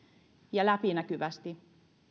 ja läpinäkyvästi